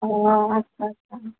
অ' আচ্ছা আচ্ছা